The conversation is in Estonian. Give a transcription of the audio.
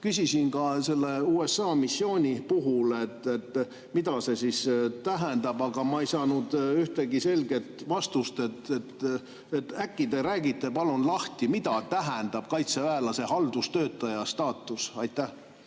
Küsisin ka selle USA [juhitava] missiooni puhul, mida see siis tähendab, aga ma ei saanud ühtegi selget vastust. Äkki te räägite palun lahti, mida tähendab kaitseväelase haldustöötaja staatus? Aitäh!